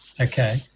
Okay